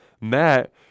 Matt